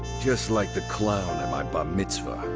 just like the clown in my bat mitzvah,